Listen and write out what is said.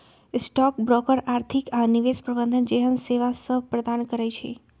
stock broker आर्थिक आऽ निवेश प्रबंधन जेहन सेवासभ प्रदान करई छै